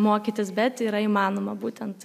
mokytis bet yra įmanoma būtent